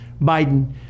Biden